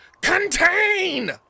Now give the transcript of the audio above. contain